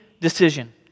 decision